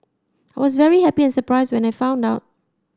I was very happy and surprised when I found out